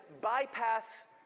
bypass